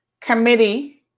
committee